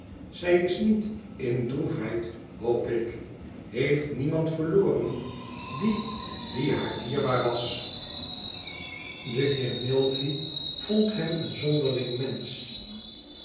zij is niet in droefheid hoop ik heeft niemand verloren die die haar dierbaar was de heer milvey vond hem een zonderling mensch